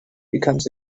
becomes